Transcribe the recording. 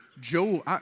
Joe